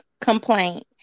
complaint